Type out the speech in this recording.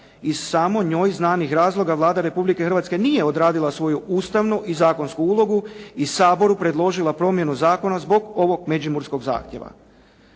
Iz samo njoj znanih razloga, Vlada Republike Hrvatske nije odredila svoju ustavnu i zakonsku ulogu i Saboru predložila promjenu zakona zbog ovog međimurskog zahtjeva.